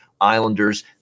Islanders